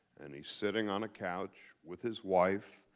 and he's sitting on a couch with his wife.